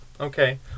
Okay